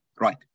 right